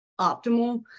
optimal